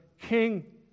king